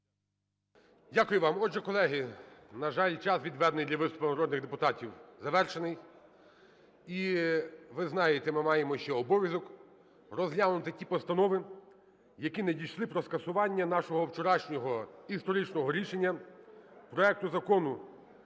Дякую вам. Отже, колеги, на жаль, час, відведений для виступу народних депутатів, завершений. І ви знаєте, ми маємо ще обов'язок розглянути ті постанови, які не дійшли про скасування нашого вчорашнього історичного рішення – проекту Закону